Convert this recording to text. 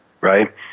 right